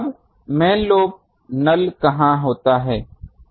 अब main lobe null कहां होता है